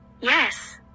Yes